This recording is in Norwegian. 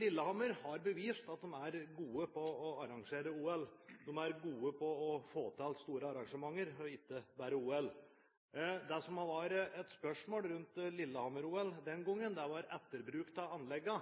Lillehammer har bevist at de er gode på å arrangere OL. De er gode på å få til store arrangementer, ikke bare OL. Det som det ble stilt spørsmål om rundt Lillehammer-OL, var etterbruken av anleggene.